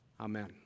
amen